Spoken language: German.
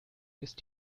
ist